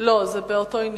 לא, זה באותו עניין.